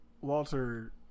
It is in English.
Walter